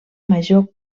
major